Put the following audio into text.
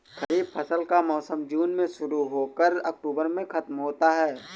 खरीफ फसल का मौसम जून में शुरू हो कर अक्टूबर में ख़त्म होता है